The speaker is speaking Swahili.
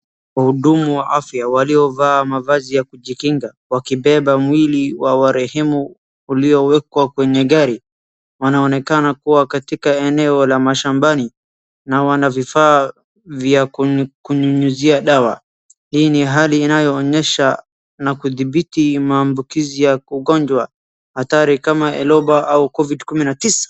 Wahudumu wa afya waliovaa mavazi ya kujikinga wakibeba mwili ya warehemu uliowekwa kwenye gari. Wanaonekana kuwa katika eneo la mashambani na wana vifaa vya kunyunyuzia dawa hii ni hali inayoonyesha na kudhibiti mammbukizi hatari kama Ebola na Covid kumi na tisa.